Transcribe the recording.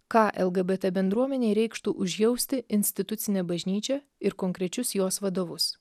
ką lgbt bendruomenei reikštų užjausti institucinę bažnyčią ir konkrečius jos vadovus